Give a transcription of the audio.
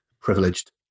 privileged